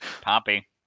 Poppy